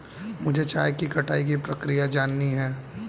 मुझे चाय की कटाई की प्रक्रिया जाननी है